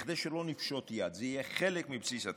כדי שלא נפשוט יד, זה יהיה חלק מבסיס התקציב.